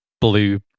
blue